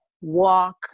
walk